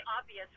obvious